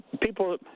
people